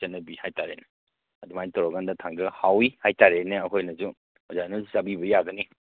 ꯆꯠꯅꯕꯤ ꯍꯥꯏ ꯇꯥꯔꯦꯅꯦ ꯑꯗꯨꯃꯥꯏ ꯇꯧꯔ ꯀꯥꯟꯗ ꯊꯥꯡꯗꯔ ꯍꯥꯎꯋꯤ ꯍꯥꯏꯇꯔꯦꯅꯦ ꯑꯩꯈꯣꯏꯅꯁꯨ ꯑꯣꯖꯥꯅꯁꯨ ꯆꯥꯕꯤꯕ ꯌꯥꯒꯅꯤ